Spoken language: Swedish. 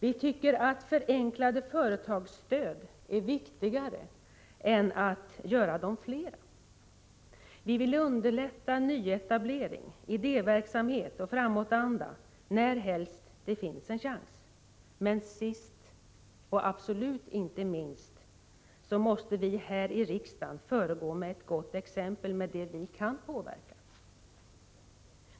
Vi tycker att förenklade företagsstöd är viktigare än att de blir flera. Vi vill underlätta nyetablering, idéverksamhet och framåtanda närhelst det finns en chans. Sist och absolut inte minst måste vi här i riksdagen föregå med ett gott exempel med det vi kan påverka.